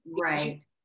Right